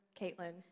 Caitlin